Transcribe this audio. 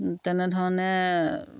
তেনেধৰণে